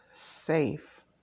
safe